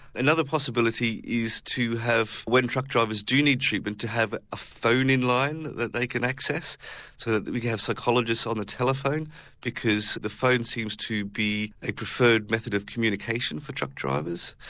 another possibility is to have when truck drivers do need treatment to have a phone in line that they can access so that we can have psychologists on the telephone because the phone seems to be a preferred method of communication for truck drivers.